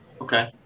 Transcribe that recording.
Okay